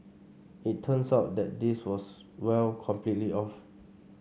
it turns out that this was well completely off